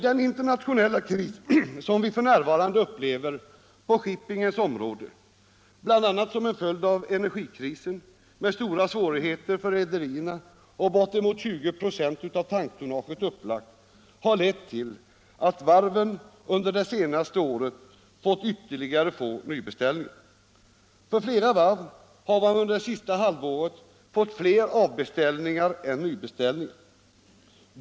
Den internationella kris som vi f. n. upplever på shippingens område, bl.a. som en följd av energikrisen, med stora svårigheter för rederierna och bortemot 20 96 av tanktonnaget upplagt har lett till att varven under det senaste året fått ytterligt få nybeställningar. Flera varv har under det senaste halvåret fått fler avbeställningar än nybeställningar.